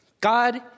God